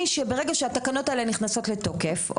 ברגע שהתקנות האלה נכנסות לתוקף,